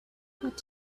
what